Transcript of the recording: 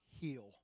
heal